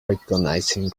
recognizing